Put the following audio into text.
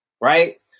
right